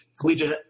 Collegiate